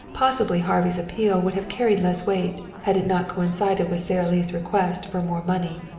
possibly harvey's appeal would have carried less weight had it not coincided with sara lee's request for more money.